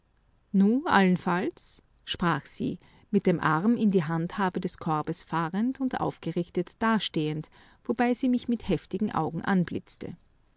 nu allenfalls sprach sie mit dem arm in die handhabe des korbes fahrend und aufgerichtet dastehend wobei sie mich mit heftigen augen anblitzte